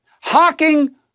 Hawking